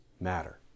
Matter